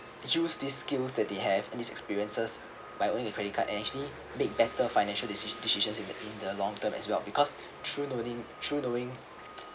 use these skills that they have in this experiences by owning a credit card and actually make better financial decision decisions in the in the long term as well because through learning through knowing